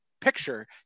picture